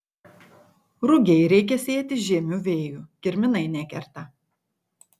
rugiai reikia sėti žiemiu vėju kirminai nekerta